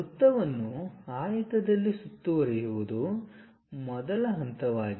ವೃತ್ತವನ್ನು ಆಯತದಲ್ಲಿ ಸುತ್ತುವರಿಯುವುದು ಮೊದಲ ಹಂತವಾಗಿದೆ